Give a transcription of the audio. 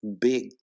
big